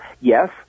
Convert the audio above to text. yes